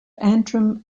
antrim